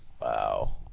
Wow